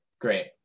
great